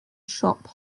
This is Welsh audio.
siop